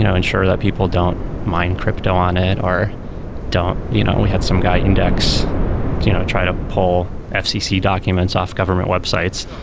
you know ensure that people don't mind crypto on it, or don't you know we have some guy index you know try to pull ah fcc documents off government websites,